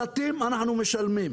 שלפים אנחנו משלמים.